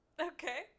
Okay